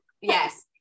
yes